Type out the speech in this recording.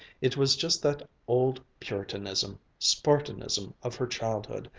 it was just that old puritanism, spartanism of her childhood,